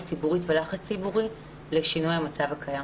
ציבורית ולחץ ציבורי לשינוי המצב הקיים.